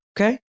okay